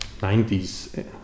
90s